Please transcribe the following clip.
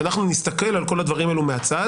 שאנחנו נסתכל על כל הדברים האלה מהצד,